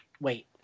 wait